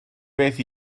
beth